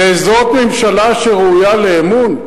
וזו ממשלה שראויה לאמון?